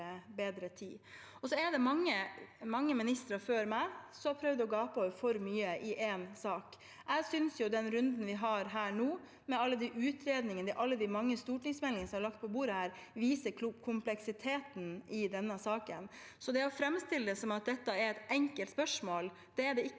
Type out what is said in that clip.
tid. Det er mange ministre før meg som har prøvd å gape over for mye i én sak. Jeg synes den runden vi har her nå, med alle de utredningene, alle de mange stortingsmeldingene som er lagt på bordet her, viser kompleksiteten i denne saken. Man kan ikke framstille det som at dette er et enkelt spørsmål, for det er det ikke.